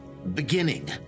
Beginning